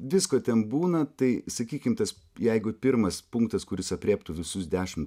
visko ten būna tai sakykim tas jeigu pirmas punktas kuris aprėptų visus dešimt